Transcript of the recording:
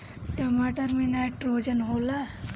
टमाटर मे नाइट्रोजन होला?